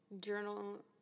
journal